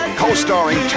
co-starring